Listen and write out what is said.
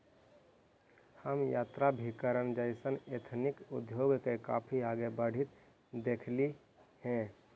हम यात्राभिकरण जइसन एथनिक उद्योग के काफी आगे बढ़ित देखली हे